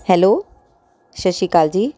hello ਸਤਿ ਸ਼੍ਰੀ ਅਕਾਲ ਜੀ